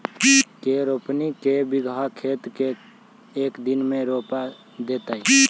के रोपनी एक बिघा खेत के एक दिन में रोप देतै?